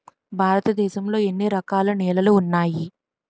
భారతదేశం లో ఎన్ని రకాల నేలలు ఉన్నాయి?